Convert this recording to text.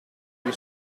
gli